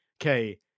okay